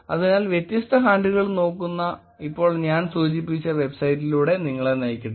അതിനാൽ വ്യത്യസ്ത ഹാൻഡിലുകൾ നോക്കുന്ന ഇപ്പോൾ ഞാൻ സൂചിപ്പിച്ച വെബ്സൈറ്റിലൂടെ നിങ്ങളെ നയിക്കട്ടെ